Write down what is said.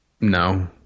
No